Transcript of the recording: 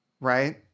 Right